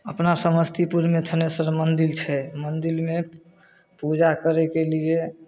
अपना समस्तीपुरमे थनेश्वर मन्दिर छै मन्दिरमे पूजा करयके लिए